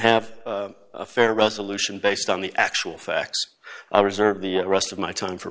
have a fair resolution based on the actual facts i'll reserve the rest of my time for